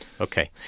Okay